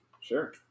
Sure